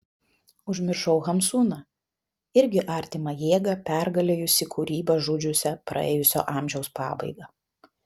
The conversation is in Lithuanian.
užmiršau hamsuną irgi artimą jėgą pergalėjusį kūrybą žudžiusią praėjusio amžiaus pabaigą